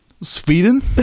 Sweden